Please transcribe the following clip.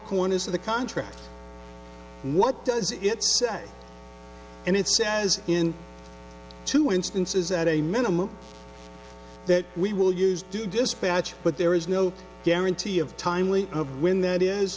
corners of the contract what does it say and it says in two instances at a minimum that we will use due dispatch but there is no guarantee of timely of when that is